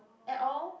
at all